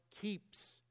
keeps